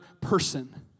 person